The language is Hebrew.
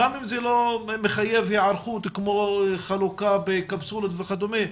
גם אם זה לא מחייב היערכות כמו חלוקה לקפסולות וכדומה,